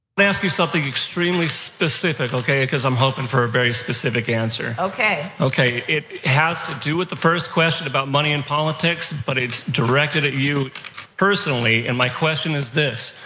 but ask you something extremely specific, okay, cuz i'm hoping for a very specific answer. okay. okay, it has to do with the first question about money and politics, but it's directed at you personally and my question is this,